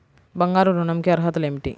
బంగారు ఋణం కి అర్హతలు ఏమిటీ?